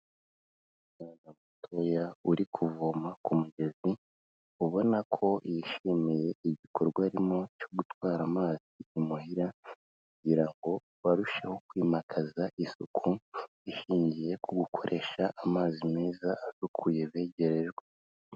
Umusaza mutoya uri kuvoma ku mugezi, ubona ko yishimiye igikorwa arimo cyo gutwara amazi imuhira kugira ngo barusheho kwimakaza isuku ishingiye ku gukoresha amazi meza asukuye begerejwe.